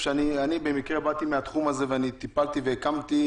במקרה באתי מהתחום הזה ואני טיפלתי והקמתי